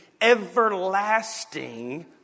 everlasting